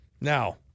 Now